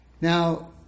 Now